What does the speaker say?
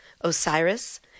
Osiris